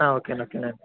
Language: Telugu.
ఓకే ఓకే అండి